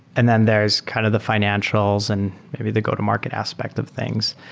and then there is kind of the fi nancials and maybe the go-to-market aspect of things.